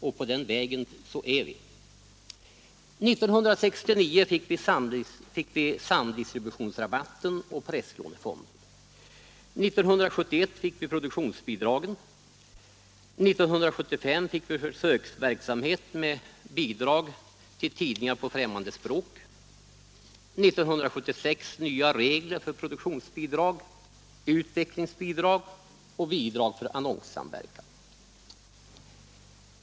Och på den vägen är vi: 1969 fick vi samdistributionsrabatten och presslånefonden. 1971 fick vi produktionsbidragen. 1975 fick vi försöksverksamhet med bidrag till tidningar på främmande språk och 1976 nya regler för produktionsbidrag, utvecklingsbidrag och bidrag för annonssamverkan.